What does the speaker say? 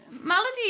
Malady